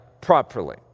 properly